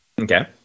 Okay